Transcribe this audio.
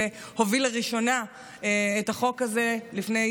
שהוביל לראשונה את החוק הזה לפני,